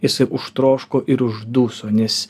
jisai užtroško ir užduso nes